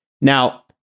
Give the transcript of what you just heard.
Now